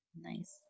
nice